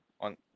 on